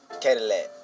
Cadillac